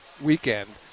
weekend